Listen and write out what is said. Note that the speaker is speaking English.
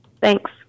Thanks